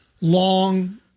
long